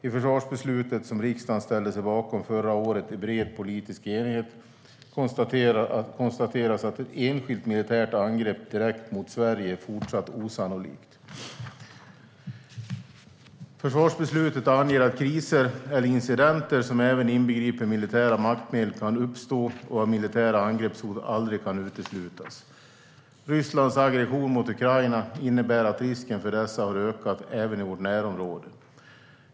I försvarsbeslutet, som riksdagen ställde sig bakom förra året i bred politisk enighet, konstateras att ett enskilt militärt väpnat angrepp direkt mot Sverige är fortsatt osannolikt. Försvarsbeslutet anger dock att kriser eller incidenter som även inbegriper militära maktmedel kan uppstå och att militära angreppshot aldrig kan uteslutas. Rysslands aggression mot Ukraina innebär att risken för dessa har ökat, även i vårt närområde.